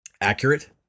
accurate